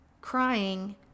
crying